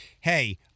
hey